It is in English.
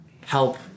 help